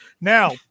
Now